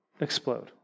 explode